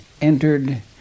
entered